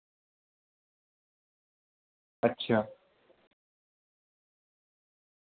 اچھا